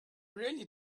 really